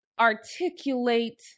articulate